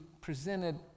presented